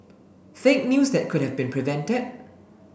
fake news that could have been prevented